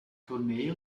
tournee